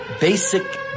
basic